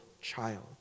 child